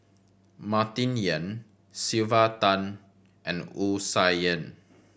Martin Yan Sylvia Tan and Wu Tsai Yen